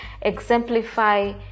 exemplify